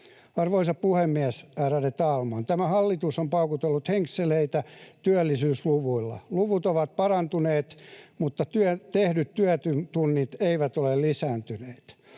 Arvoisa puhemies, ärade talman! Tämä hallitus on paukutellut henkseleitä työllisyysluvuilla. Luvut ovat parantuneet, mutta tehdyt työtunnit eivät ole lisääntyneet.